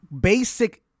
basic